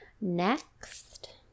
Next